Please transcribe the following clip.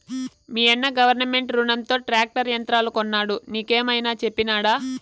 మీయన్న గవర్నమెంట్ రునంతో ట్రాక్టర్ యంత్రాలు కొన్నాడు నీకేమైనా చెప్పినాడా